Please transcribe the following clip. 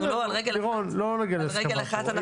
לא נעשה את זה על רגל אחת.